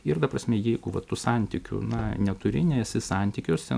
ir ta prasme jeigu vat tų santykių na neturi nesi santykiuose